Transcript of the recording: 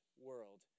world